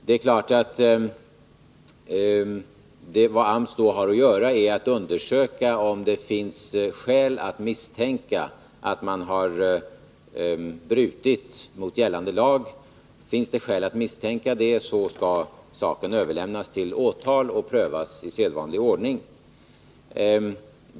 Det är klart att vad AMS då har att göra är att undersöka, om det finns skäl att misstänka att man brutit mot gällande lag. Finns det skäl att misstänka det, skall saken överlämnas till åtal och prövas i sedvanlig ordning.